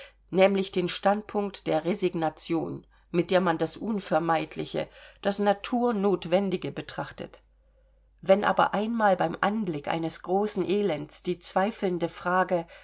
nämlich den standpunkt der resignation mit der man das unvermeidliche das naturnotwendige betrachtet wenn aber einmal beim anblick eines großen elends die zweifelnde frage